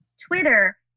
Twitter